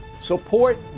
support